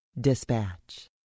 Dispatch